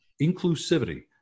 inclusivity